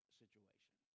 situation